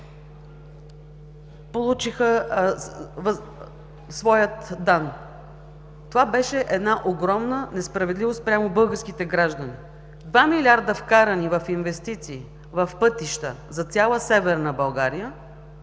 получиха своя дан. Това беше една огромна несправедливост спрямо българските граждани. Два милиарда вкарани в инвестиции, в пътища за цяла Северна България,